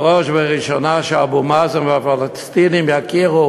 שבראש ובראשונה אבו מאזן והפלסטינים יכירו